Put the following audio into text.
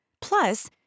Plus